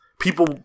people